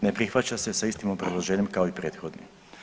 Ne prihvaća se sa istim obrazloženjem kao i prethodni.